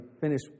finish